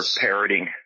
parroting